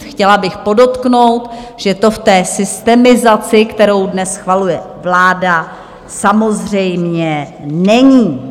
Chtěla bych podotknout, že to v té systemizaci, kterou dnes schvaluje vláda, samozřejmě není.